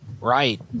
Right